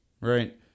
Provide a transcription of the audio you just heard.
right